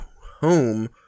home